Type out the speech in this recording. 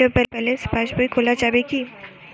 Zero balance পাশ বই খোলা যাবে কি?